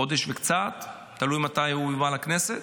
חודש וקצת, תלוי מתי הוא יובא לכנסת.